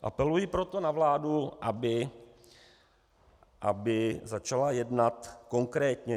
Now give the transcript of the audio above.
Apeluji proto na vládu, aby začala jednat konkrétněji.